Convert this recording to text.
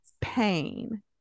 pain